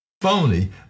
phony